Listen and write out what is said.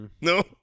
No